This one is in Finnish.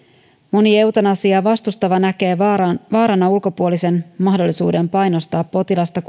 moni eutanasiaa vastustava näkee vaarana vaarana ulkopuolisen mahdollisuuden painostaa potilasta